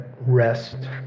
rest